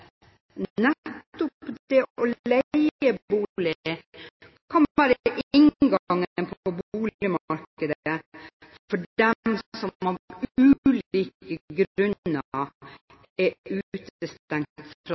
Nettopp det å leie bolig kan være inngangen til boligmarkedet for dem som